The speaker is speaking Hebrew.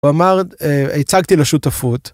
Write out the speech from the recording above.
הוא אמר, הצגתי לשותפות.